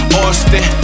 Austin